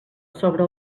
sobre